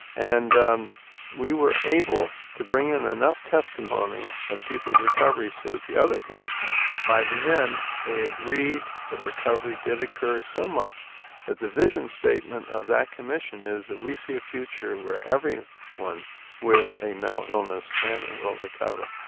and um we were able to bring in enough testimony of people's recovery so that the other commissioners by the end they agreed that recovery did occur so much that the vision statement of that commission is that we see a future where everyone with a mental illness can and will recover.